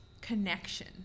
connection